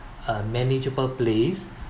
uh manageable place